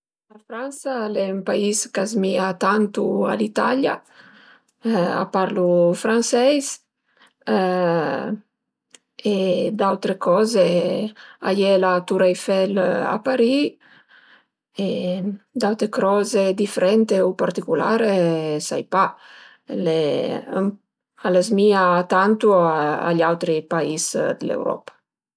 La Fransa al e ün pais ch'a zmìa tantu a l'Italia, a parlu franseis e d'autre coze, a ie la Tour Eiffel a Parì e d'autre coze difrente u particulare sai pa, al zmìa tantu a i autri pais dë l'Europa